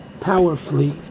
powerfully